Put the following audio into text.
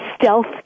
stealth